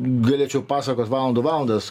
galėčiau pasakot valandų valandas